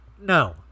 no